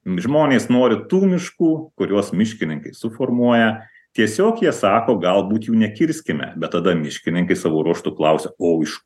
žmonės nori tų miškų kuriuos miškininkai suformuoja tiesiog jie sako galbūt jų nekirskime bet tada miškininkai savo ruožtu klausia o iš